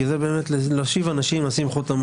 כי זה להושיב אנשים כדי לשים חותמות.